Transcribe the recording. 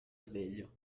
sveglio